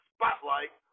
Spotlight